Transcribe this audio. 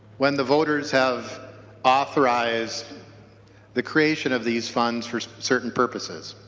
when the voters have authorized the creation of these funds for certain purposes.